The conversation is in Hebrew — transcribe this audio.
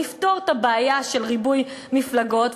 נפתור את הבעיה של ריבוי מפלגות,